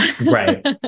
right